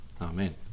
amen